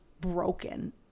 broken